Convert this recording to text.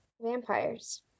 vampires